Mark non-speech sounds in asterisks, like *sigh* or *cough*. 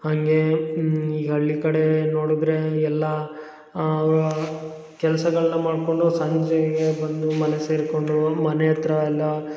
ಹಾಗೇ ಈಗ ಹಳ್ಳಿ ಕಡೆ ನೋಡಿದ್ರೇ ಎಲ್ಲ *unintelligible* ಕೆಲಸಗಳ್ನ ಮಾಡ್ಕೊಂಡು ಸಂಜೆಗೆ ಬಂದು ಮನೆ ಸೇರ್ಕೊಂಡು ಮನೆ ಹತ್ರ ಎಲ್ಲಾ